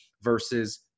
versus